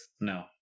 No